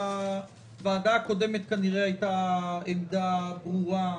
לוועדה הקודמת הייתה כנראה עמדה ברורה,